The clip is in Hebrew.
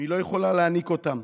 והיא לא יכולה להיניק אותם.